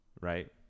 right